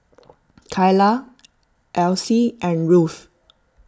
Kylah Elyse and Ruth